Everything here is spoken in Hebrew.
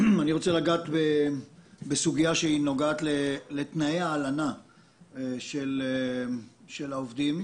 אגע בסוגיה שנוגעת לתנאי ההלנה של העובדים,